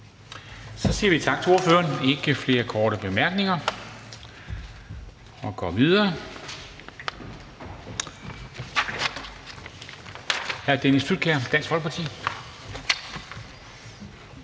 Så siger vi tak til ordføreren. Der er ikke flere korte bemærkninger. Så går vi videre til hr. Dennis Flydtkjær, Dansk Folkeparti.